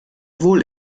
wohl